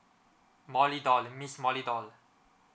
molly doll miss molly doll